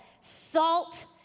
Salt